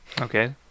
Okay